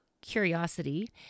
curiosity